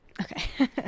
Okay